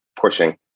pushing